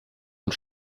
und